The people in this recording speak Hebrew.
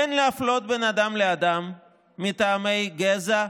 אין להפלות בין אדם לאדם מטעמי גזע,